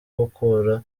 gukura